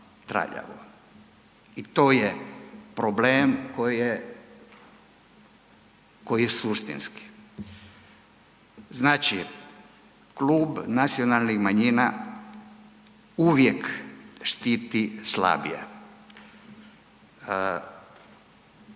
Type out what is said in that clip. i to je problem koji je suštinski. Znači, Klub nacionalnih manjina uvijek štiti slabije.